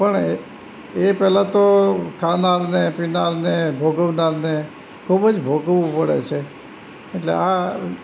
પણ એ પહેલાં તો ખાનારને પીનારને ભોગવનારને ખૂબ જ ભોગવવું પડે છે એટલે આ